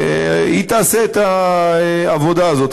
היא תעשה את העבודה הזאת,